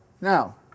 Now